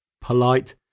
polite